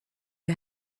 you